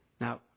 now